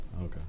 okay